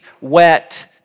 wet